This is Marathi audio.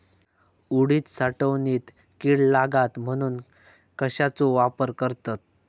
उडीद साठवणीत कीड लागात म्हणून कश्याचो वापर करतत?